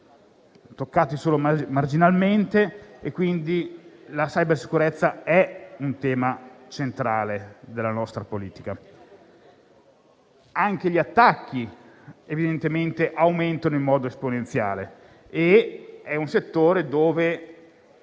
toccati solo marginalmente e, quindi, la cybersicurezza è un tema centrale della nostra politica. Anche gli attacchi aumentano in modo esponenziale ed è un settore dove